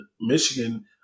Michigan